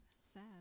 sad